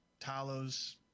Talos